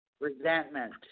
resentment